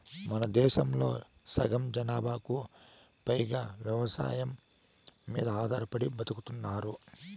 మనదేశంలో సగం జనాభాకు పైగా వ్యవసాయం మీద ఆధారపడి బతుకుతున్నారు